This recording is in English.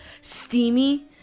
steamy